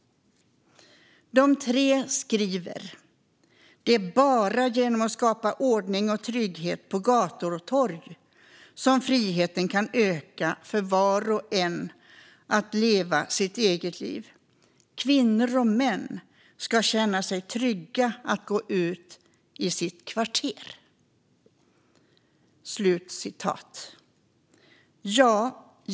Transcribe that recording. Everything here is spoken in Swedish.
De tre skriver: "Det är bara genom att skapa ordning och trygghet på gator och torg som friheten kan öka för var och en att leva sitt eget liv. Kvinnor och män ska känna sig trygga att gå ut i sitt kvarter."